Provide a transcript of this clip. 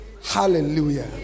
Hallelujah